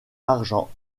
argent